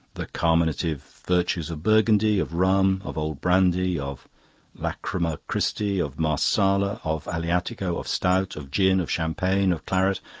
the carminative virtues of burgundy, of rum, of old brandy, of lacryma christi, of marsala, of aleatico, of stout, of gin, of champagne, of claret,